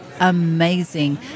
amazing